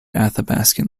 athabaskan